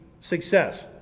success